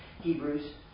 Hebrews